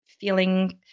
feeling